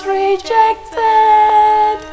rejected